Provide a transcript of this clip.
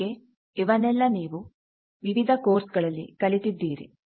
ಹೀಗೆ ಇವನ್ನೆಲ್ಲ ನೀವು ವಿವಿಧ ಕೋರ್ಸ್ಗಳಲ್ಲಿ ಕಲಿತಿದ್ದೀರಿ